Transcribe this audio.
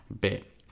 bit